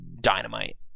dynamite